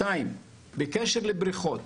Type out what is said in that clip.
שנית, בקשר לבריכות,